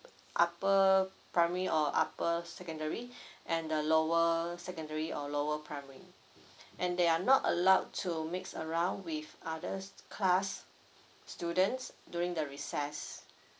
upper primary or upper secondary and the lower secondary or lower primary and they are not allowed to mix around with others class students during the recess